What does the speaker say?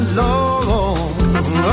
long